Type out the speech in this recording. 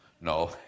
No